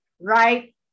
right